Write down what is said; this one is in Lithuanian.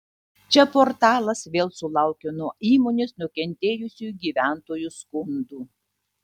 čia portalas vėl sulaukė nuo įmonės nukentėjusių gyventojų skundų